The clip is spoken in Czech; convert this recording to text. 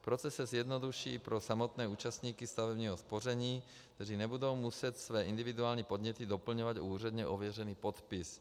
Proces se zjednoduší i pro samotné účastníky stavebního spoření, kteří nebudou muset své individuální podněty doplňovat o úředně ověřený podpis.